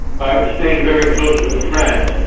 by staying very close to france,